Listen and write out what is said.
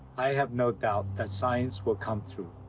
i have no doubt that science will come through.